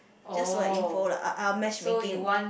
just for your info lah ah ah matchmaking